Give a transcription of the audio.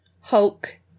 Hulk